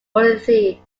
ulithi